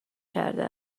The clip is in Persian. کرده